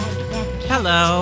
Hello